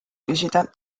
küsida